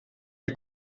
les